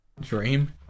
Dream